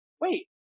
wait